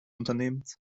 unternehmens